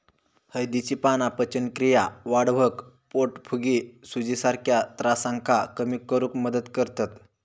हळदीची पाना पचनक्रिया वाढवक, पोटफुगी, सुजीसारख्या त्रासांका कमी करुक मदत करतत